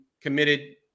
committed